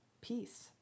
peace